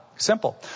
Simple